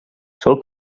sol